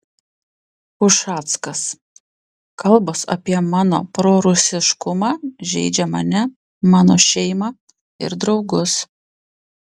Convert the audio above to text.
ušackas kalbos apie mano prorusiškumą žeidžia mane mano šeimą ir draugus